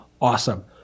awesome